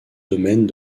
domaines